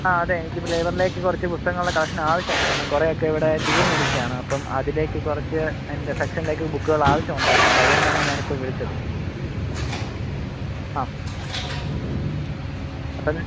ആ അതെ എനിക്ക് ഇപ്പോൾ ലൈബ്രറിലേക്ക് കുറച്ചു പുസ്തകങ്ങളുടെ കളക്ഷൻ ആവശ്യമുണ്ട് കാരണം കുറേയൊക്കെ ഇവിടെ തീർന്നിരിക്കുകയാണ് അപ്പം അതിലേക്ക് കുറച്ച് എൻ്റെ സെക്ഷനിലേക്ക് ബുക്കുകൾ ആവശ്യമുണ്ടായിരുന്നു അപ്പോൾ അതുകൊണ്ടാണ് ഞാനിപ്പോൾ വിളിച്ചത് ആ